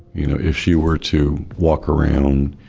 you know, if she were to walk around,